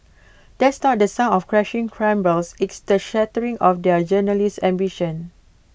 that's not the sound of crashing cymbals it's the shattering of their journalistic ambitions